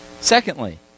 Secondly